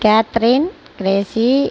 Catherine crazy